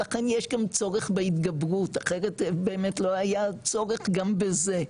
לכן יש גם צורך בהתגברות אחרת באמת לא היה צורך גם בזה.